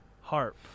Harp